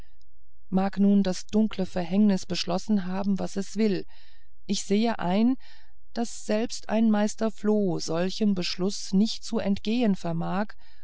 mag nun das dunkle verhängnis beschlossen haben was es will ich sehe ein daß selbst ein meister floh solchem beschluß nicht zu entgehen vermag